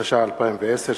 התש"ע 2010,